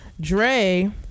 Dre